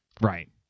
Right